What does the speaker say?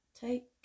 take